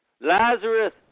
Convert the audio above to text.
Lazarus